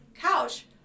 Couch